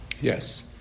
Yes